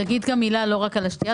תגיד מילה לא רק על השתייה,